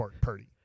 Purdy